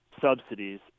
subsidies